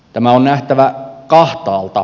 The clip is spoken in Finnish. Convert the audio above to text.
tämä on nähtävä kahtaalta